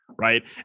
Right